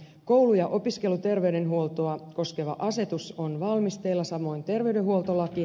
koulu ja opiskeluterveydenhuoltoa koskeva asetus on valmisteilla samoin terveydenhuoltolaki